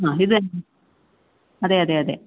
ആ ഇത് അതെ അതെ അതെ